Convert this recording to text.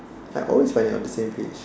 I always find them on the same page